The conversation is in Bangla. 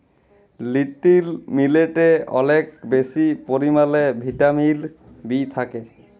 লিটিল মিলেটে অলেক বেশি পরিমালে ভিটামিল বি থ্যাকে